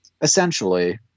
essentially